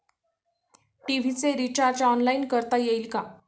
TV चे recharge online करता येईल का?